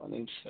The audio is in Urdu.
انشا